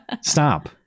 Stop